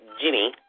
Jimmy